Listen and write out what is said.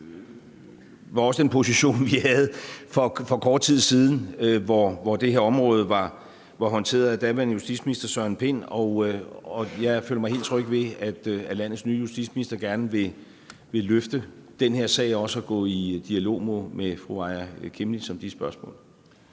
Det var også den position, vi havde for kort tid siden, hvor det her område blev håndteret af daværende justitsminister Søren Pind, og jeg føler mig helt tryg ved, at landets nye justitsminister også gerne vil løfte den her sag og gå i dialog med fru Aaja Chemnitz Larsen om de spørgsmål.